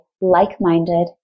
like-minded